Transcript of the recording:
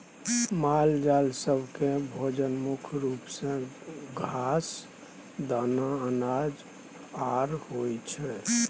मालजाल सब केँ भोजन मुख्य रूप सँ घास, दाना, अनाज आर होइ छै